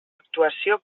actuació